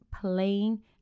playing